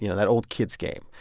you know that old kids' game.